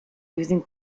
using